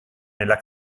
nella